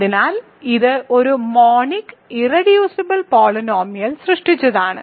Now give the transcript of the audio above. അതിനാൽ ഇത് ഒരു മോണിക് ഇർറെഡ്യൂസിബിൾ പോളിനോമിയൽ സൃഷ്ടിച്ചതാണ്